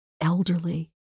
elderly